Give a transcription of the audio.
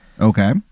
okay